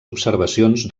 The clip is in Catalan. observacions